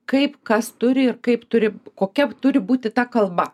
kaip kas turi ir kaip turi kokia turi būti ta kalba